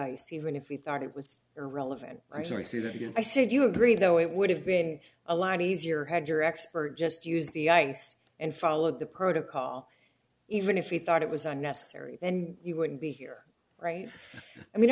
ice even if we thought it was irrelevant i'm sorry say that again i said you agreed though it would have been a lot easier had your expert just used the ins and followed the protocol even if he thought it was unnecessary and you wouldn't be here right i mean